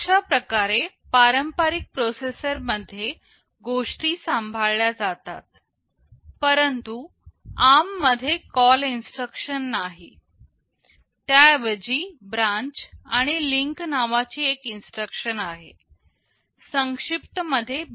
अशाप्रकारे पारंपारिक प्रोसेसर मध्ये गोष्टी सांभाळल्या जातात परंतु ARM मध्ये कॉल इन्स्ट्रक्शन नाही त्याऐवजी ब्रांच आणि लिंक नावाची एक इन्स्ट्रक्शन आहे संक्षिप्त मध्ये BL